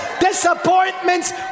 disappointments